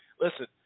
listen